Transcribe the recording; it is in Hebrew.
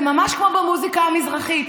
זה ממש כמו במוזיקה המזרחית,